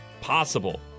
possible